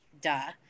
Duh